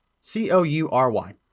C-O-U-R-Y